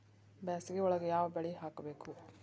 ಬ್ಯಾಸಗಿ ಒಳಗ ಯಾವ ಬೆಳಿ ಹಾಕಬೇಕು?